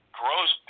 grows